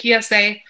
PSA